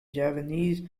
javanese